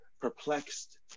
perplexed